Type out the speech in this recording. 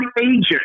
agent